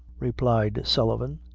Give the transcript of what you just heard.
replied sullivan.